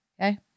Okay